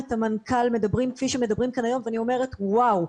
את המנכ"ל מדברים כפי שמדברים כאן היום ואני אומרת וואו.